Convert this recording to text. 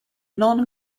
non